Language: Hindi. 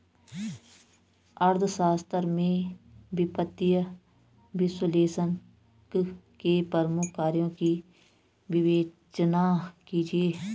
अर्थशास्त्र में वित्तीय विश्लेषक के प्रमुख कार्यों की विवेचना कीजिए